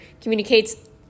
communicates